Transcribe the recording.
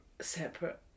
Separate